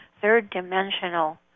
third-dimensional